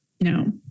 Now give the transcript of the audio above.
No